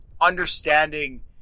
understanding